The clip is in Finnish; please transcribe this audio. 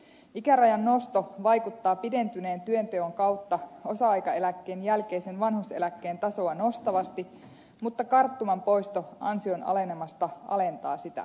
ikärajan nosto vaikuttaa pidentyneen työnteon kautta osa aikaeläkkeen jälkeisen vanhuuseläkkeen tasoa nostavasti mutta karttuman poisto ansion alenemasta alentaa sitä